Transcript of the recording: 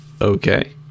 okay